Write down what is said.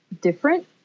different